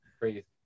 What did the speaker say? crazy